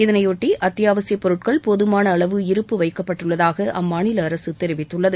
இதனையொட்டி அத்தியாவசியப்பொருட்கள் போதுமான அளவு இருப்பு வைக்கப்பட்டுள்ளதாக அம்மாநில அரசு தெரிவித்துள்ளது